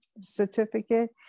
certificate